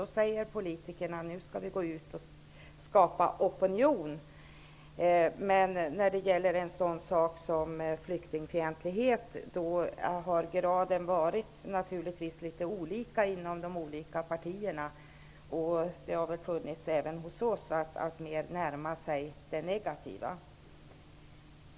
Då säger politikerna att de skall gå ut och skapa opinion. Men när det gäller en sak som flyktingfientlighet har det varit litet olika inom de olika partierna. Även hos oss har man närmat sig det negativa.